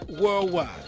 worldwide